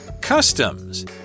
Customs